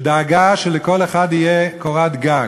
שדאגה שלכל אחד תהיה קורת-גג,